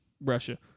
Russia